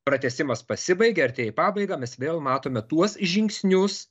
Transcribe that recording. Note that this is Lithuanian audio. pratęsimas pasibaigė artėja į pabaigą mes vėl matome tuos žingsnius